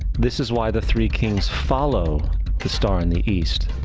this is why the three kings follow the star in the east,